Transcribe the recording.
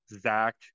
zach